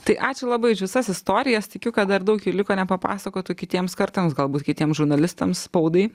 tai ačiū labai už visas istorijas tikiu kad dar daug jų liko nepapasakotų kitiems kartams galbūt kitiem žurnalistams spaudai